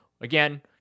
Again